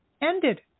ended